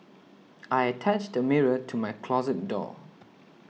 I attached a mirror to my closet door